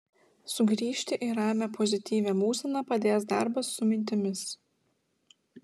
sugrįžti į ramią pozityvią būseną padės darbas su mintimis